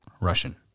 Russian